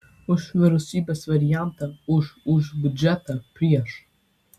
už vyriausybės variantą už už biudžeto prieš